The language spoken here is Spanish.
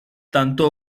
tanto